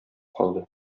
калды